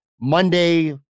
Monday